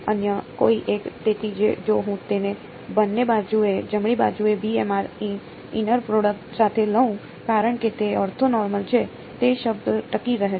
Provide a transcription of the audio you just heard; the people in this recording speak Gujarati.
અન્ય કોઈ એક તેથી જો હું તેને બંને બાજુએ જમણી બાજુએ b m r inner product સાથે લઉં કારણ કે તે ઓર્થોનોર્મલ છે તે શબ્દ ટકી રહે છે